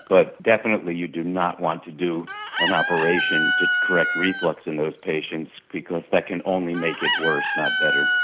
but definitely you do not want to do an operation to correct reflux in those patients because that can only make it worse, not better.